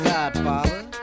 Godfather